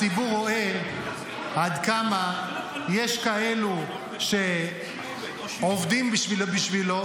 הציבור רואה עד כמה יש כאלו שעובדים בשבילו,